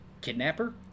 kidnapper